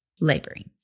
laboring